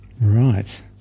right